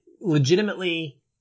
legitimately